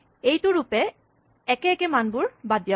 এইটো ৰূপে একে একে মানবোৰ বাদ দিয়াব